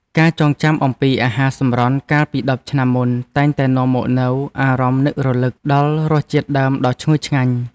ការចងចាំអំពីអាហារសម្រន់កាលពីដប់ឆ្នាំមុនតែងតែនាំមកនូវអារម្មណ៍នឹករលឹកដល់រសជាតិដើមដ៏ឈ្ងុយឆ្ងាញ់។